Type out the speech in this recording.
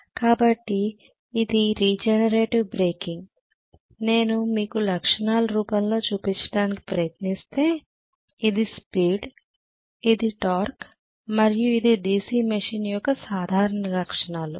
కాబట్టి ఇది regenerative braking నేను మీకు లక్షణాల రూపంలో చూపించడానికి ప్రయత్నిస్తే ఇది స్పీడ్ ఇది టార్క్ మరియు ఇది DC మెషిన్ యొక్క సాధారణ లక్షణాలు